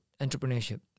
entrepreneurship